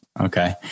Okay